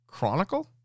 chronicle